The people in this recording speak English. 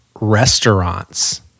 restaurants